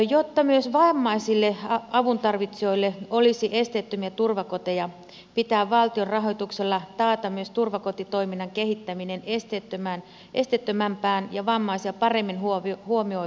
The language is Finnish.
jotta myös vammaisille avuntarvitsijoille olisi esteettömiä turvakoteja pitää valtion rahoituksella taata myös turvakotitoiminnan kehittäminen esteettömämpään ja vammaisia paremmin huomioivaan suuntaan